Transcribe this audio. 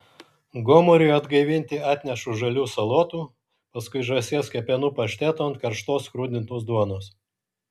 gomuriui atgaivinti atnešu žalių salotų paskui žąsies kepenų pašteto ant karštos skrudintos duonos